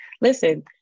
listen